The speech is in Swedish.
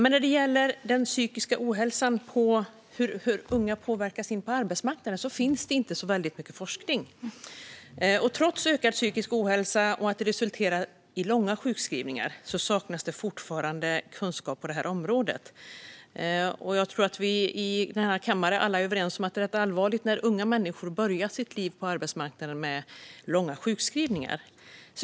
När det gäller hur den psykiska ohälsan påverkar unga på arbetsmarknaden finns det inte så väldigt mycket forskning. Trots att ökad psykisk ohälsa resulterar i långa sjukskrivningar saknas det fortfarande kunskap på området. Jag tror att vi alla i denna kammare är överens om att det är rätt allvarligt när unga människor börjar sitt liv på arbetsmarknaden med långa sjukskrivningar.